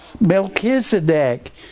Melchizedek